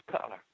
color